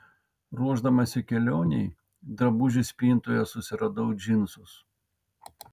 ruošdamasi kelionei drabužių spintoje susiradau džinsus